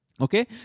Okay